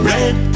Red